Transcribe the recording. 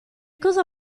cosa